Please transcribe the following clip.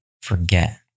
forget